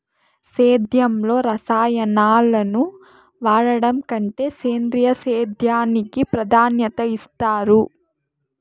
సేద్యంలో రసాయనాలను వాడడం కంటే సేంద్రియ సేద్యానికి ప్రాధాన్యత ఇస్తారు